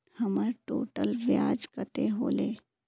हमर टोटल ब्याज कते होले?